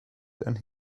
then